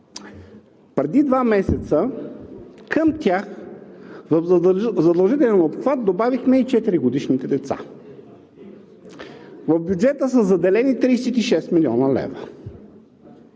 Преди два месеца към тях в задължителния обхват добавихме и 4-годишните деца. В бюджета са заделени 36 млн. лв.